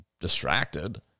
distracted